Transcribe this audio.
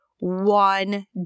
one